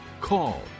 Call